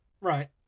Right